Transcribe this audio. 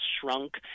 shrunk